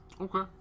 Okay